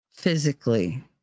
physically